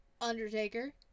Undertaker